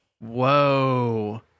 Whoa